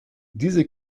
diese